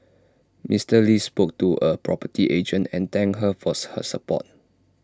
Mister lee spoke to A property agent and thank her for her support